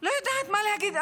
לא יודעת מה להגיד,